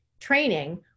training